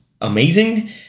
amazing